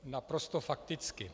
Naprosto fakticky.